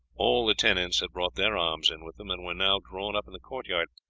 all the tenants had brought their arms in with them, and were now drawn up in the court-yard,